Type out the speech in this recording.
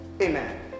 Amen